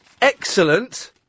excellent